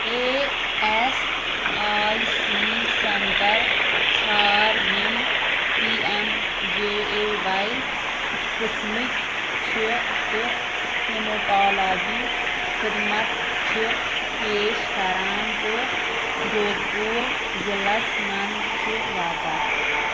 A S I C centre ژھار یِم P M J A Y قٕسمٕکۍ چھِ تہٕ ہیٖموٹالاجی خدمت چھِ پیش کران تہٕ جودھ پوٗر ضلعس مَنٛز چھِ واقعہ